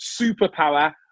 superpower